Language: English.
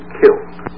killed